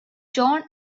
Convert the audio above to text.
john